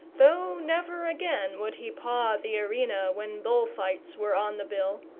though never again would he paw the arena when bull-fights were on the bill,